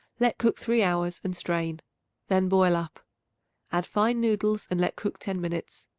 let cook three hours and strain then boil up add fine noodles and let cook ten minutes.